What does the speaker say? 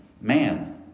man